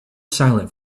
silent